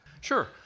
Sure